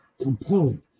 compelling